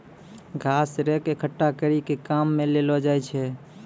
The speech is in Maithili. घास रेक एकठ्ठा करी के काम मे लैलो जाय छै